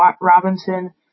Robinson